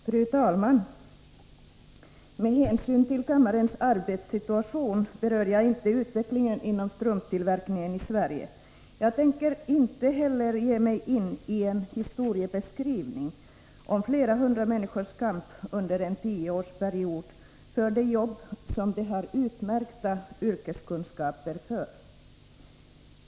Fru talman! Med hänsyn till kammarens arbetssituation berör jag inte utvecklingen inom strumptillverkningen i Sverige. Jag tänker inte heller ge mig in på en historieskrivning om flera hundra människors kamp under en tioårsperiod för de jobb som de har utmärkta yrkeskunskaper för.